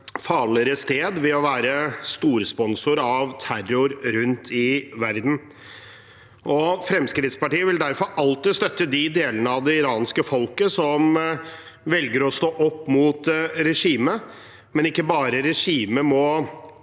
farligere sted ved å være storsponsor av terror rundt i verden. Fremskrittspartiet vil derfor alltid støtte de delene av det iranske folket som velger å stå opp mot regimet. Men det er ikke bare regimet